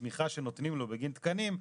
התמיכה שנותנים לו בגין תקנים,